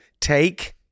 Take